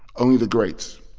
only the greats.